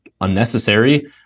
unnecessary